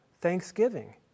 thanksgiving